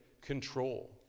control